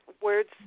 words